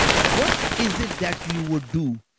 what is it that you would do?